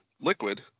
liquid